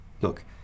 Look